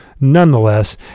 nonetheless